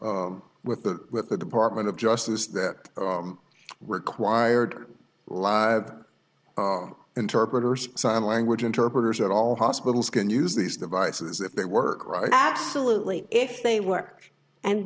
with the with the department of justice that required live interpreters sign language interpreter at all hospitals can use these devices if they work right absolutely if they work and